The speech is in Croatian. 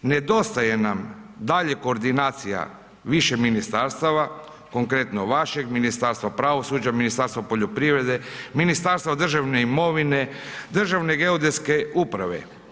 Nedostaje nam dalje koordinacija više ministarstava, konkretno vašeg ministarstva, pravosuđa, Ministarstvo poljoprivrede, Ministarstvo državne imovine, državne geodetske uprave.